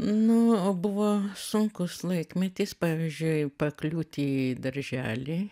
nu buvo sunkus laikmetis pavyzdžiui pakliūti į darželį